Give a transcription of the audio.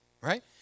right